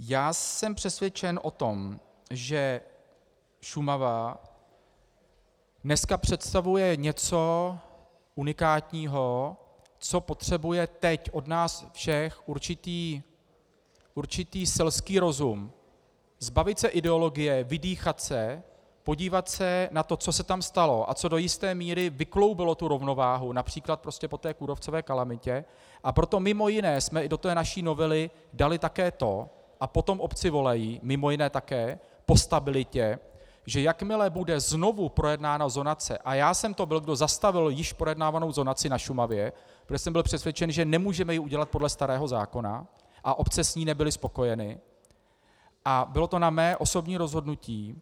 Já jsem přesvědčen o tom, že Šumava dneska představuje něco unikátního, co potřebuje teď od nás všech určitý selský rozum, zbavit se ideologie, vydýchat se, podívat se na to, co se tam stalo a co do jisté míry vykloubilo tu rovnováhu, například prostě po té kůrovcové kalamitě, a proto mimo jiné jsme i do té naší novely dali také to a po tom obce volají mimo jiné také, po stabilitě, že jakmile bude znovu projednána zonace a já jsem to byl, kdo zastavil již projednávanou zonaci na Šumavě, protože jsem byl přesvědčen, že nemůžeme ji udělat podle starého zákona, a obce s ní nebyly spokojeny, a bylo to na mé osobní rozhodnutí.